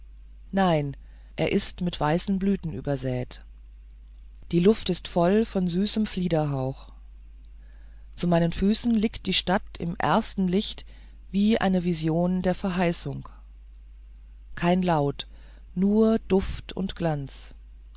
nein er ist mit weißen blüten besät die luft ist voll von süßem fliederhauch zu meinen füßen liegt die stadt im ersten licht wie eine vision der verheißung kein laut nur duft und glanz